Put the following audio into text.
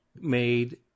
made